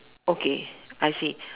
okay I see